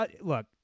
look